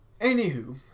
Anywho